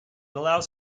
allows